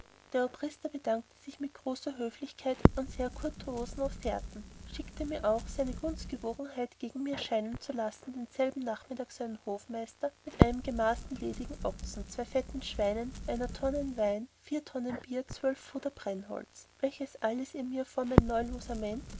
der obrister bedankte sich mit großer höflichkeit und sehr courtoisen offerten schickte mir auch seine gunstgewogenheit gegen mir scheinen zu lassen denselben nachmittag seinen hofmeister mit einem gemästen lebendigen ochsen zwei fetten schweinen einer tonnen wein vier tonnen bier zwölf fuder brennholz welches alles er mir vor mein